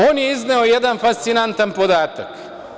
On je izneo jedan fascinantan podatak.